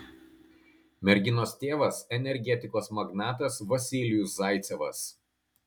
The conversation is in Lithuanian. merginos tėvas energetikos magnatas vasilijus zaicevas